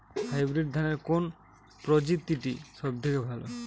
Hybrid ধানের কোন প্রজীতিটি সবথেকে ভালো?